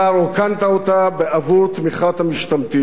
רוקנת אותה בעבור תמיכת המשתמטים,